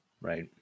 Right